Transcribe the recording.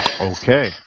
Okay